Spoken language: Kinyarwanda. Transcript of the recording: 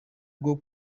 bwo